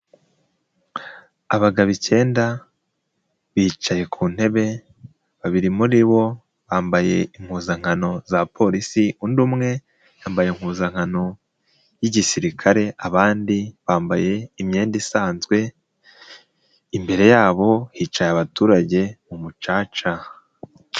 Abagabo icyenda bicaye ku ntebe babiri muri bo bambaye impuzankano za polisi, undi umwe yambaye impuzankano y'igisirikare, abandi bambaye imyenda isanzwe, imbere yabo hicaye abaturage mu mucaca.